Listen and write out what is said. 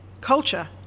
culture